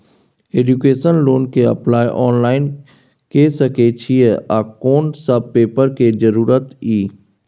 Education loan के apply online के सके छिए आ कोन सब पेपर के जरूरत इ?